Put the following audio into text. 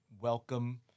welcome